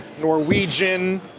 Norwegian